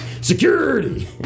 Security